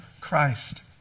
Christ